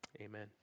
Amen